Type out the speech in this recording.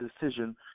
decision